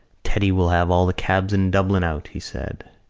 teddy will have all the cabs in dublin out, he said.